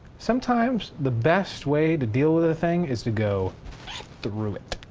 sometimes the best way to deal with a thing. is to go through it.